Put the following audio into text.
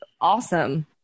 Awesome